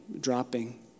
dropping